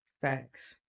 facts